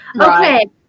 Okay